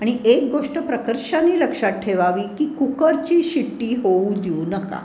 आणि एक गोष्ट प्रकर्षाने लक्षात ठेवावी की कुकरची शिट्टी होऊ देऊ नका